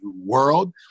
world